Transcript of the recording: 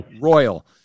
Royal